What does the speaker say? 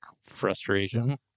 frustration